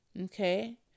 Okay